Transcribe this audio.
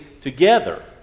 together